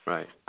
Right